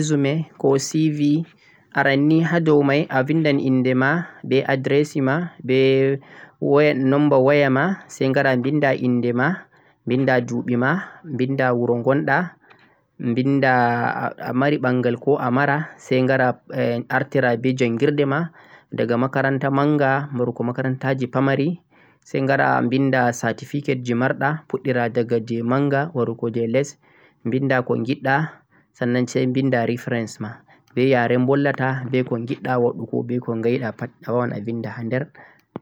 t'a vindan resume ko CV aranni a doh mai a vindan inde ma beh address ma beh number waya ma sai wara vinda inde ma vinda duubi ma vinda wuro gondha vindah a mari bangal ko a mara sai wara artira beh jangirde ma daga makaranta manga warugo makaranta ji pamari sai wara vinda certificateji marda fuddira daga jeh manga warugo less vinda ko yidda sanna sai vinda refference ma beh yare volwata beh ko yidda wadugo beh ko waidha pat a wawan a vinda ha der